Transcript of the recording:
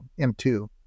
M2